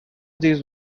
these